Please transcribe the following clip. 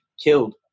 killed